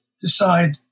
decide